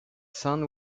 sun